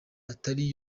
atari